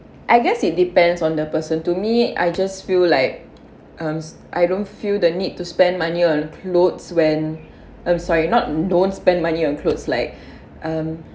I guess it depends on the person to me I just feel like um I don't feel the need to spend money on clothes when I'm sorry not don't spend money on clothes like um